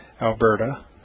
Alberta